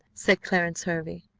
said clarence hervey.